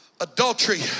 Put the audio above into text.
adultery